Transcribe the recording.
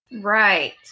right